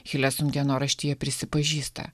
hilesum dienoraštyje prisipažįsta